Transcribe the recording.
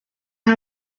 aho